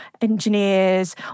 engineers